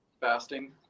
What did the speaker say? fasting